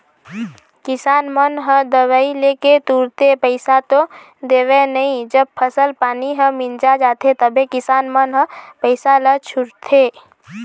किसान मन ह दवई लेके तुरते पइसा तो देवय नई जब फसल पानी ह मिंजा जाथे तभे किसान मन ह पइसा ल छूटथे